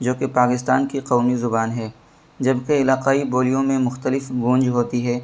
جوکہ پاکستان کی قومی زبان ہے جبکہ علاقائی بولیوں میں مختلف گونج ہوتی ہے